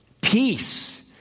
peace